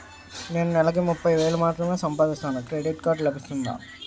నేను నెల కి ముప్పై వేలు మాత్రమే సంపాదిస్తాను క్రెడిట్ కార్డ్ లభిస్తుందా?